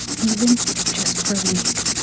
even if just for a week.